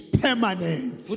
permanent